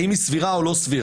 האם היא סבירה או לא סבירה?